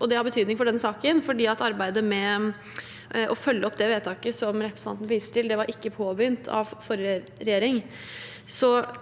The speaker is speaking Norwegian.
Det har betydning for denne saken fordi arbeidet med å følge opp det vedtaket som representanten viste til, ikke var påbegynt av forrige regjering.